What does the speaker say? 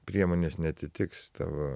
priemonės neatitiks tavo